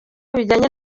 bijyanye